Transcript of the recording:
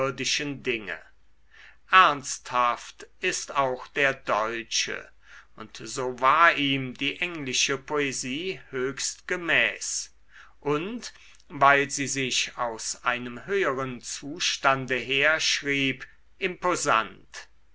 dinge ernsthaft ist auch der deutsche und so war ihm die englische poesie höchst gemäß und weil sie sich aus einem höheren zustande herschrieb imposant